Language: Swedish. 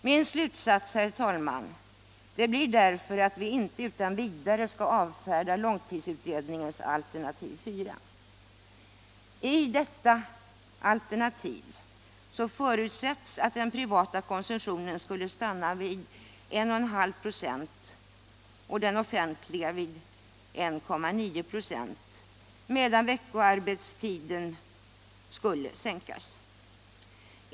Min slutsats, herr talman, blir därför att vi inte utan vidare skall avfärda långtidsutredningens alternativ 4. I detta alternativ förutsätts att den privata konsumtionen skulle stanna vid 1,5 ". och den offentliga vid 1,9 ?6, medan veckoarbetstiden skulle sänkas.